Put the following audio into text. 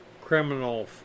criminal